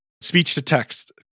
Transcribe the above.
speech-to-text